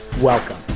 Welcome